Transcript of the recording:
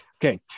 Okay